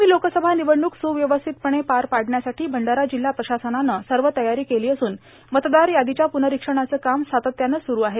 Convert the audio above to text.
आगामी लोकसभा निवडणूक सुव्यवस्थितपणे पार पाडण्यासाठी भंडारा जिल्हा प्रशासनानं सव तयारो केलों असून मतदार यादोच्या पुनरोक्षणाचं काम सातत्यानं सुरु आहे